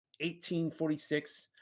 1846